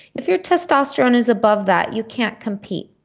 if your testosterone is above that you can't compete.